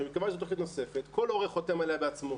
שמכיוון שזו תוכנית נוספת כל הורה חותם עליה בעצמו.